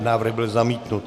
Návrh byl zamítnut.